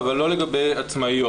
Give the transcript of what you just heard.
אבל לא לגבי עצמאיות,